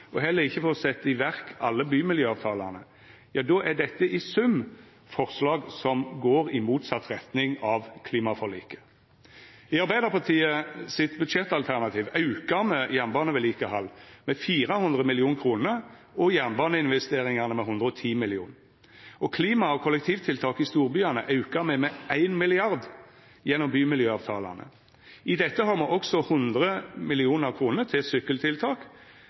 og heller ikkje får sett i verk alle bymiljøavtalane, då er dette i sum forslag som går i motsett retning av klimaforliket. I Arbeidarpartiet sitt budsjettalternativ aukar me jernbanevedlikehaldet med 400 mill. kr og jernbaneinvesteringane med 110 mill. kr. Klima- og kollektivtiltak i storbyane aukar me med 1 mrd. kr gjennom bymiljøavtalane. I dette har me også 100 mill. kr til sykkeltiltak